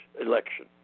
election